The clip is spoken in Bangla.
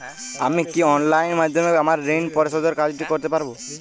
আমি কি অনলাইন মাধ্যমে আমার ঋণ পরিশোধের কাজটি করতে পারব?